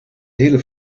hele